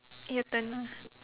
your turn ah